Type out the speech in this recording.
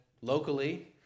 locally